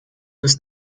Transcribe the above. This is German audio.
ist